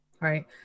right